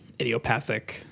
idiopathic